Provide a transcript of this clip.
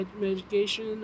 medication